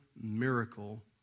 miracle